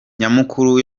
nyamukuru